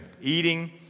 eating